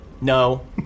No